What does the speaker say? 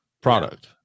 product